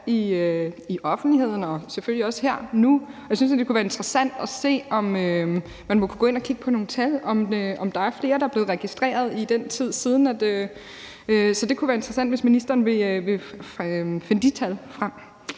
i offentligheden og selvfølgelig også her nu. Jeg synes, det kunne være interessant at se på, om man kunne gå ind og kigge på nogle tal om, om der er flere, der er blevet registreret i den tid, der er gået, så det kunne være interessant, hvis ministeren ville finde de tal frem,